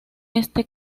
este